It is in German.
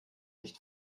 nicht